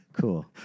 Cool